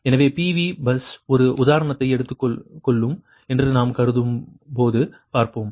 எனவே PV bus ஒரு உதாரணத்தை எடுத்துக் கொள்ளும் என்று நாம் கருதும் போது பார்ப்போம்